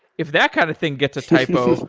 if that kind of thing gets a typo,